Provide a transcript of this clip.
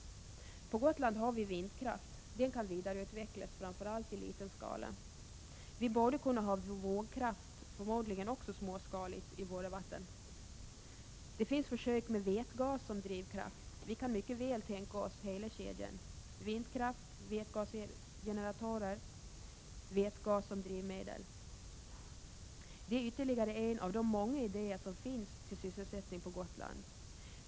På Gotland har vi vindkraft. Den kan vidareutvecklas framför allt i liten skala. Vi borde kunna ha vågkraft, förmodligen också småskaligt i våra vatten. Det görs försök med vätgas som drivkraft. Vi kan mycket väl tänka oss hela kedjan: Vindkraft-vätgasgenerator vätgas som drivmedel. Det är ytterligare en av de många idéer som finns till sysselsättning på Gotland.